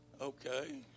Okay